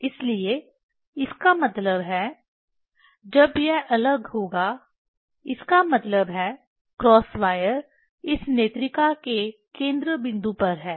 इसलिए इसका मतलब है जब यह अलग होगा इसका मतलब है क्रॉस वायर इस नेत्रिका के केंद्र बिंदु पर है